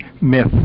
myth